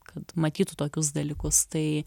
kad matytų tokius dalykus tai